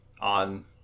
on